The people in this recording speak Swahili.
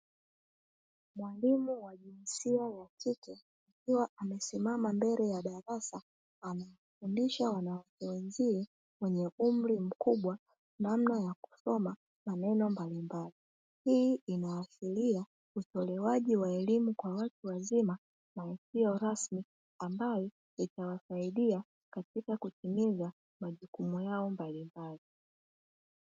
Mwalimu wa jinsia ya kike akiwa amesimama mbele ya darasa, anawafundisha wanawake wenzie wenye umri mkubwa namna ya kusoma maneno mbalimbali. Hii inaashiria utolewaji wa elimu kwa watu wazima na isiyo rasmi; ambayo itawasaidia katika kutimiza majukumu yao mbalimbali.